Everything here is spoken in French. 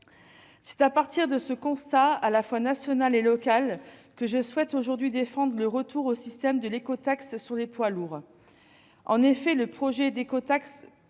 C'est à partir de ce constat, à la fois national et local, que je souhaite aujourd'hui défendre le retour au système de l'écotaxe sur les poids lourds. En effet, le projet d'écotaxe,